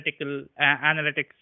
analytics